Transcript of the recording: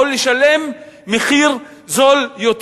או לשלם מחיר זול יותר,